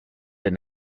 did